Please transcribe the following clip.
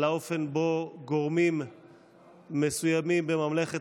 על האופן שבו גורמים מסוימים בממלכת